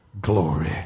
glory